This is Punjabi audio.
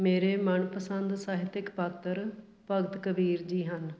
ਮੇਰੇ ਮਨ ਪਸੰਦ ਸਾਹਿਤਿਕ ਪਾਤਰ ਭਗਤ ਕਬੀਰ ਜੀ ਹਨ